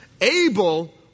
Abel